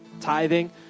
tithing